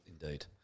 Indeed